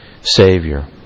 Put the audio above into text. Savior